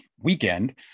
weekend